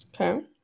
Okay